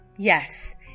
Yes